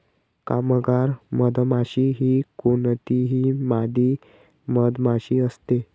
कामगार मधमाशी ही कोणतीही मादी मधमाशी असते